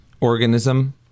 organism